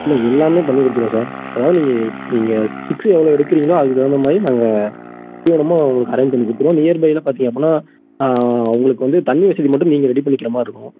இல்லை எல்லாமே பண்ணிக் கொடுத்துருவோம் சார் அதாவது நீங்கள் நீங்கள் ஃபிக்ஸுடு எவ்வளோ எடுக்கறிங்ளோ அதுக்கு தகுந்த மாதிரி நாங்கள் தீவனமும் உங்களுக்கு அரேஞ்ச் பண்ணி கொடுத்துருவோம் நியர் பையில பார்த்திங்க அப்புடின்னா உங்களுக்கு வந்து தண்ணி வசதி மட்டும் நீங்கள் ரெடி பண்ணிக்கிற மாரிருக்கும்